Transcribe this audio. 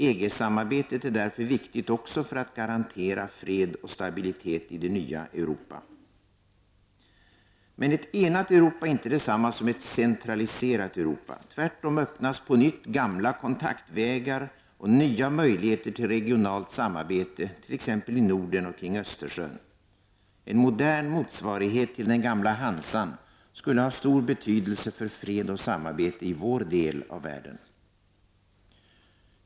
EG-samarbetet är därför viktigt också för att garantera fred och stablilitiet i det nya Europa. Ett enat Europa är dock inte detsamma som ett centraliserat Europa. Tvärtom öppnas på nytt gamla kontaktvägar och nya möjligheter till regionalt samarbete, t.ex. i Norden och kring Östersjön. En modern motsvarighet till den gamla Hansan skulle ha stor betydelse för fred och samarbete i vår del av världen.